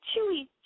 chewy